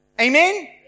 Amen